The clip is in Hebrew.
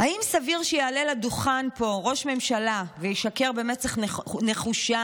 האם סביר שיעלה לדוכן פה ראש ממשלה וישקר במצח נחושה,